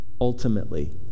ultimately